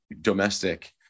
domestic